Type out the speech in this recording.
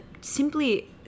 simply